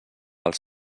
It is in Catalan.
als